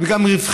והיא גם רווחית.